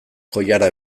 koilara